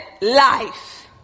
life